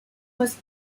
was